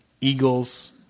eagles